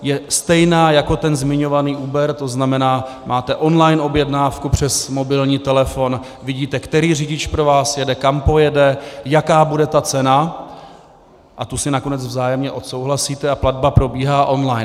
Je stejná jako ten zmiňovaný Uber, to znamená, máte online objednávku přes mobilní telefon, vidíte, který řidič pro vás jede, kam pojede, jaká bude ta cena, a tu si nakonec vzájemně odsouhlasíte a platba probíhá online.